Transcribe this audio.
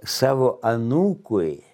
savo anūkui